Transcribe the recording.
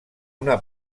una